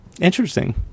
Interesting